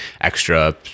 extra